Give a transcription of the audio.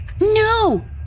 No